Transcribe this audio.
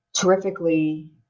Terrifically